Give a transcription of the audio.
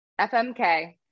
FMK